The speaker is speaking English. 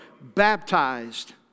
baptized